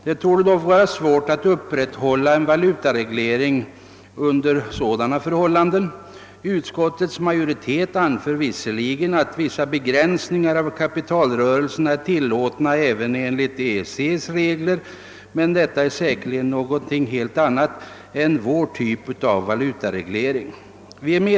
Det torde dock under sådana förhållanden vara svårt att upprätthålla en valutareglering. Utskottsmajoriteten anför visserligen att vissa begränsningar av kapitalrörelserna är tillåtna även enligt EEC:s regler, men dessa är säkerligen helt annorlunda utformade än vår valutareglering.